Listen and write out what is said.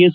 S